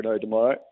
tomorrow